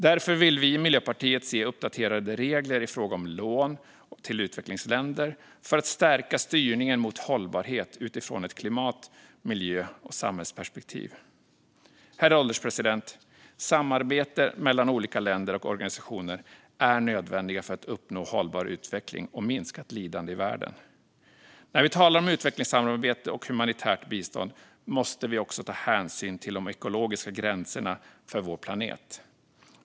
Därför vill vi i Miljöpartiet se uppdaterade regler i fråga om lån till utvecklingsländer för att stärka styrningen mot hållbarhet utifrån ett klimat, miljö och samhällsperspektiv. Herr ålderspresident! Samarbete mellan olika länder och organisationer är nödvändigt för att uppnå hållbar utveckling och minskat lidande i världen. När vi talar om utvecklingssamarbete och humanitärt bistånd måste vi också ta hänsyn till de ekologiska gränserna för vår planet.